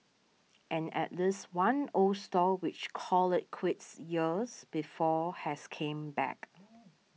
and at least one old stall which called it quits years before has came back